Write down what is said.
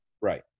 Right